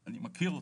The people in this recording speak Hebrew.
אני מכיר אותך,